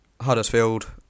Huddersfield